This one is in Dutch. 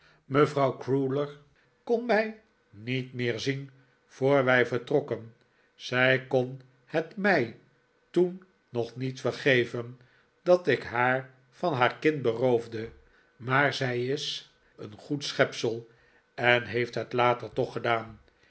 mevrouw crewler kon mij niet meer zien voor wij vertrokken zij kon het mij toen nog niet vergeven dat ik haar van haar kind beroofde maar zij is een goed schepsel en heeft het later toch gedaan